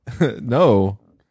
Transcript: No